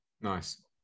Nice